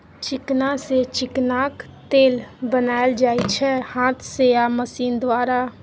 चिकना सँ चिकनाक तेल बनाएल जाइ छै हाथ सँ आ मशीन द्वारा